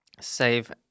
save